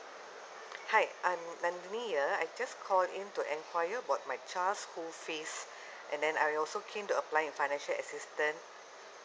hi I'm nandenee ah I just call in to enquire about my child school fees and then I will also keen to apply a financial assistance